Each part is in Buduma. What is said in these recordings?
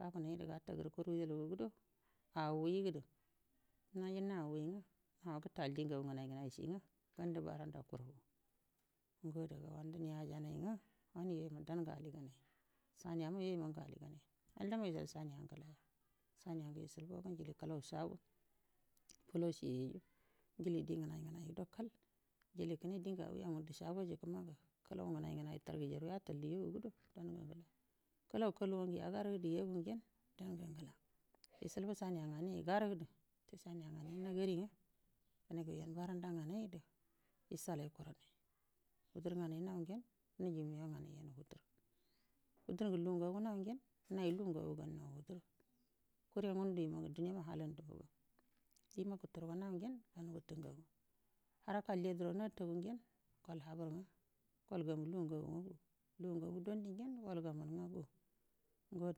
Ye fumai nge ya tage kurongido yalgede awai nge de najino awei gedo nagetae de ngenai ngenai gede nandi barandi karogi yo yulge danga alligau yoyon ge alligau, kuloi shago ye yu kuloi ngedo kal tikima shago jikima nganu ngenu targegudo kuloi kuluwo yigangidi yan dan gidi yital sanirnar yigargidi wan nagir nze yen baranda nganai geda yical wudur ngange yo dan lugu ngagu nai yen nayu lugungagu ganno wutir dima bal biro yau yen gam nge wuchir harka lediro nataigen gal habirgen gel gan welagagu dondiyen gel gamuni ngo adaga yical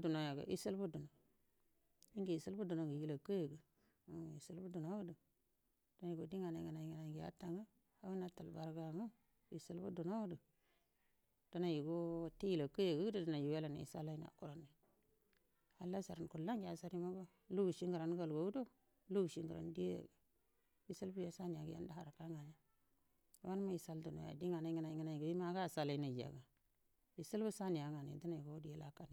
dunoga kandu yicalbu damayenye dinai nganai nge yicilbu dama dinai ro nayu wellan ge halla chandu killamungo lugu ngiran galwogudo luguci nguron abiyo yeculbu saniyo nan yical dunoa yicilbu sania ngal.